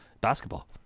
basketball